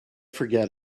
forget